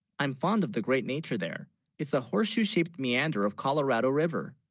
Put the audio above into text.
i'm fond of the great nature there it's a horseshoe shaped meander of colorado river